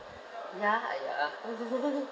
ya ya